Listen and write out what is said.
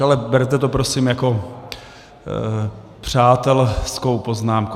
Ale berte to prosím jako přátelskou poznámku.